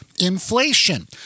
inflation